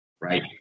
Right